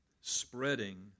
spreading